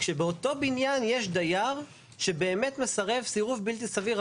כשבאותו בניין יש דייר שבאמת מסרב סירוב בלתי סביר,